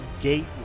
gate